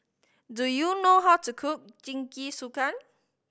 do you know how to cook Jingisukan